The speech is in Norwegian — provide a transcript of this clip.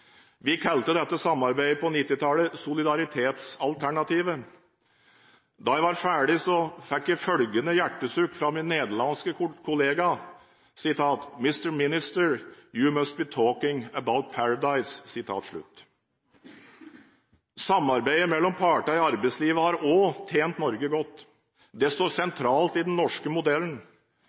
Vi kalte dette samarbeidet på 1990-tallet «solidaritetsalternativet». Da jeg var ferdig, fikk jeg følgende hjertesukk fra min nederlandske kollega: «Mr. Minister, you must be talking about paradise.» Samarbeidet mellom partene i arbeidslivet har òg tjent Norge godt. Det står sentralt i den norske modellen.